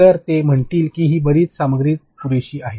तर ते म्हणतील की ही बरीच सामग्री पुरेशी आहे